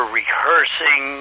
rehearsing